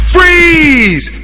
Freeze